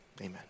Amen